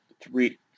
three